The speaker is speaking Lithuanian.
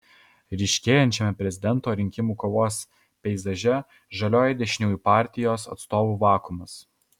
ryškėjančiame prezidento rinkimų kovos peizaže žioji dešiniųjų partijų atstovų vakuumas